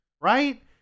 Right